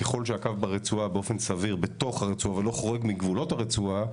ככל שהקו נמצא באופן סביר בתוך הרצועה ולא חורג מגבולות הרצועה,